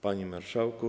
Panie Marszałku!